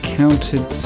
counted